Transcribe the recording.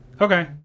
okay